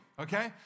okay